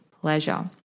pleasure